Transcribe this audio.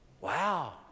Wow